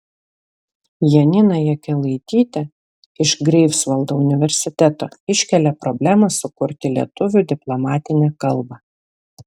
janina jakelaitytė iš greifsvaldo universiteto iškelia problemą sukurti lietuvių diplomatinę kalbą